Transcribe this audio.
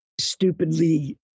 stupidly